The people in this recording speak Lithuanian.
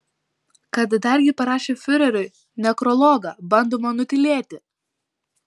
kad dargi parašė fiureriui nekrologą bandoma nutylėti